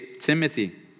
Timothy